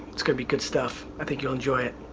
it's gonna be good stuff. i think you'll enjoy it.